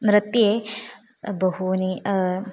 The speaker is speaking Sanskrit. नृत्ये बहूनि